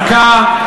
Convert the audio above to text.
חזקה,